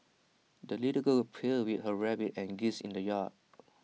the little girl played with her rabbit and geese in the yard